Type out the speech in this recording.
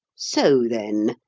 so, then,